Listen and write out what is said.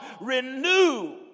renew